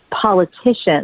politicians